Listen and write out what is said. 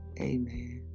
amen